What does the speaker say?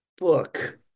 book